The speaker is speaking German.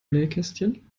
nähkästchen